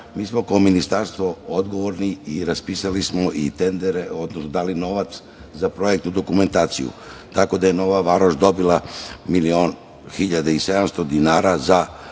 smo kao ministarstvo odgovorni i raspisali smo i tendere, odnosno dali novac za projektnu dokumentaciju. Tako da je Nova Varoš dobila milion i 700 hiljada